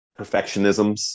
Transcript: perfectionisms